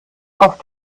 auf